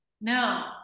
no